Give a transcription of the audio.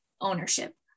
ownership